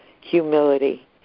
humility